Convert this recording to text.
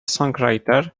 songwriter